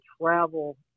travel